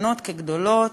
קטנות כגדולות,